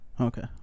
Okay